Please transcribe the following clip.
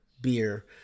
beer